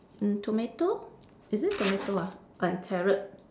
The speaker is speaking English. mm tomato is it tomato ah and carrot